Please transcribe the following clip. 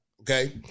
Okay